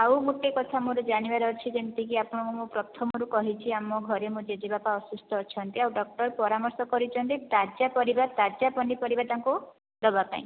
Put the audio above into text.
ଆଉ ଗୋଟେ କଥା ମୋର ଜାଣିବାର ଅଛି ଯେମିତିକି ଆପଣଙ୍କୁ ମୁଁ ପ୍ରଥମରୁ କହିଛି ଆମ ଘରେ ମୋ ଜେଜେବାପା ଅସୁସ୍ଥ ଅଛନ୍ତି ଆଉ ଡକ୍ଟର ପରାମର୍ଶ କରିଛନ୍ତି ତାଜା ପରିବା ତାଜା ପନିପରିବା ତାଙ୍କୁ ଦେବା ପାଇଁ